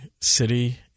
city